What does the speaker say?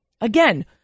Again